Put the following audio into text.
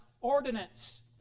ordinance